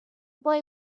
boy